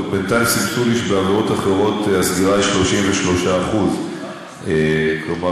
בינתיים סימסו לי שבעבירות אחרות הסגירה היא 33%. כלומר,